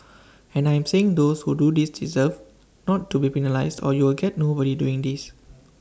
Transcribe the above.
and I am saying those who do this deserve not to be penalised or you will get nobody doing this